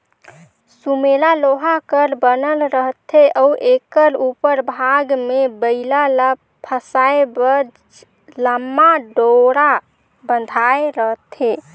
सुमेला लोहा कर बनल रहथे अउ एकर उपर भाग मे बइला ल फसाए बर लम्मा डोरा बंधाए रहथे